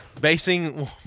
Basing